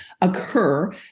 occur